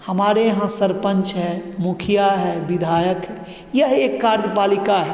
हमारे यहाँ सरपन्च है मुखिया विधायक है यह एक कार्यपालिका है